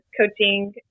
coaching